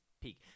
Peak